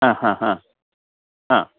ആഹാഹാ ആ